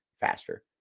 faster